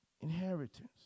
inheritance